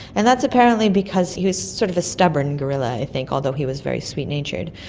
and that's apparently because he was sort of a stubborn gorilla i think, although he was very sweet natured,